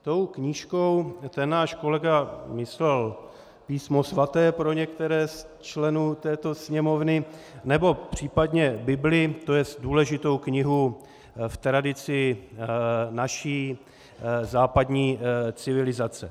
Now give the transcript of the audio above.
Tou knížkou náš kolega myslel Písmo svaté, pro některé z členů této Sněmovny, nebo případně Bibli, tj. důležitou knihu v tradici naší západní civilizace.